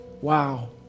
wow